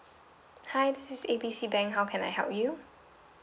hi this is A B C bank how can I help you